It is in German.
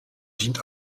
dient